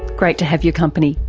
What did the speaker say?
great to have your company.